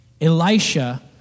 Elisha